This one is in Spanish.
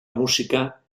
música